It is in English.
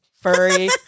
Furry